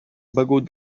begut